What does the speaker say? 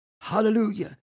hallelujah